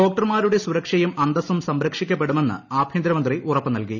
ഡോക്ടർമാരുടെ സുരക്ഷയും അന്തസ്സും സംരക്ഷിക്കപ്പെടുമെന്ന് ആഭ്യന്തരമന്ത്രി ഉറപ്പ് നൽകി